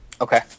Okay